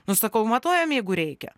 nu sakau matuojam jeigu reikia